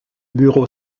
bureau